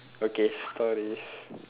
okay stories